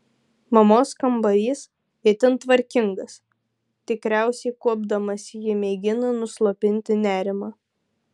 mamos kambarys itin tvarkingas tikriausiai kuopdamasi ji mėgina nuslopinti nerimą